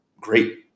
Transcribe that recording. great